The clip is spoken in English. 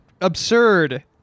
absurd